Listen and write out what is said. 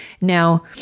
Now